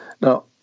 Now